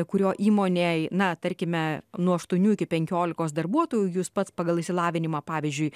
kurio įmonėj na tarkime nuo aštuonių iki penkiolikos darbuotojų jūs pats pagal išsilavinimą pavyzdžiui